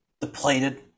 depleted